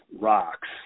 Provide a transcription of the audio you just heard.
rocks